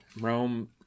rome